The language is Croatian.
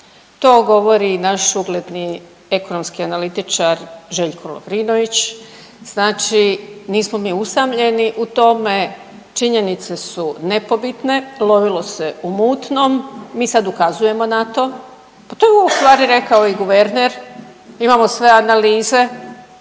to govori i naš ugledni ekonomski analitičar Željko Lovrinović. Znači, nismo mi usamljeni u tome. Činjenice su nepobitne, lovilo se u mutnom. Mi sad ukazujemo na to. Pa to je u stvari rekao i guverner imamo sve analize,